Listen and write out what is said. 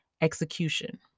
execution